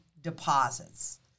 deposits